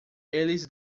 eles